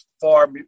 far